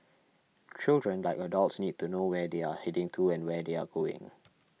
children like adults need to know where they are heading to and where they are going